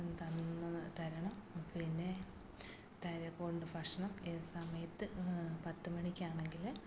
തന്ന് തരണം പിന്നെ ഭക്ഷണം ഏത് സമയത്ത് പത്തുമണിക്കാണെങ്കില് ആ